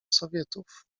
sowietów